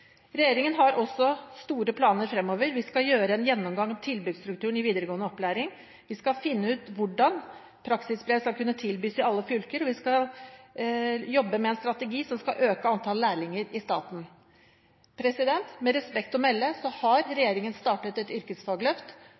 Regjeringen har også store planer fremover. Vi skal gjøre en gjennomgang av tilbudsstrukturen i videregående opplæring, vi skal finne ut hvordan praksisbrev skal kunne tilbys i alle fylker og vi skal jobbe med en strategi som skal øke antallet lærlinger i staten. Regjeringen har startet et yrkesfagløft, og det var – med respekt å melde